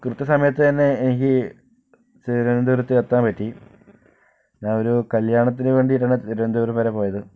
കൃത്യസമയത്ത് തന്നെ എനിക്ക് തിരുവനന്തപുരത്ത് എത്താൻ പറ്റി ഞാനൊരു കല്യാണത്തിന് വേണ്ടിയിട്ടാണ് തിരുവനന്തപുരം വരെ പോയത്